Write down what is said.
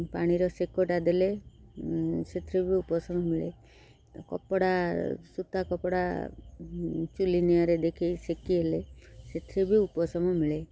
ପାଣିର ସେକ ଟା ଦେଲେ ସେଥିରେ ବି ଉପଶମ ମିଳେ କପଡ଼ା ସୂତା କପଡ଼ା ଚୁଲି ନିଆଁରେ ଦେଖେଇ ସେକି ହେଲେ ସେଥିରେ ବି ଉପଶମ ମିଳେ